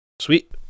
Sweet